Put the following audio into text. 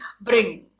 brings